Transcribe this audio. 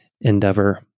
endeavor